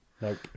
Nope